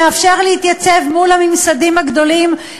שמאפשר להתייצב מול הממסדים הגדולים,